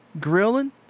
grilling